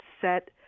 set